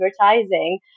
advertising